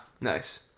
Nice